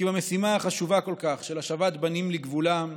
כי במשימה החשובה כל כך של השבת בנים לגבולם,